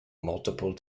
multiple